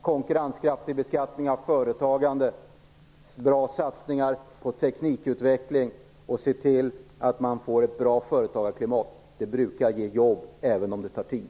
Konkurrenskraftig beskattning av företagande, bra satsningar på teknikutveckling och ett bra företagarklimat - det brukar ge jobb, även om det tar tid.